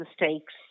mistakes